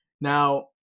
Now